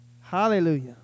Hallelujah